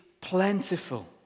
plentiful